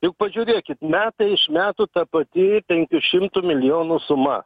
juk pažiūrėkit metai iš metų ta pati penkių šimtų milijonų suma